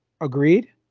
Agreed